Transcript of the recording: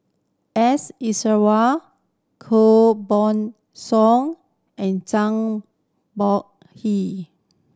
S Koh Song and Zhang Bohe